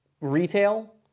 retail